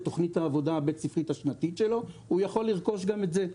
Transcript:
תכנית העבודה הבית ספרית השנתית שלו הוא יכול לרכוש גם את זה.